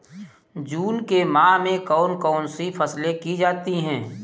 जून के माह में कौन कौन सी फसलें की जाती हैं?